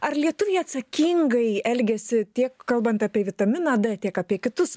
ar lietuviai atsakingai elgiasi tiek kalbant apie vitaminą d tiek apie kitus